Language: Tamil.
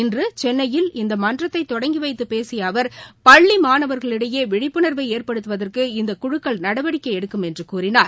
இன்று சென்னையில் இந்த மன்றத்தை தொடங்கி வைத்து பேசிய அவர் பள்ளி மாணவர்களிடையே விழிப்புணர்வை ஏற்படுத்துவதற்கு இந்த குழுக்கள் நடவடிக்கை எடுக்கும் என்று கூறினார்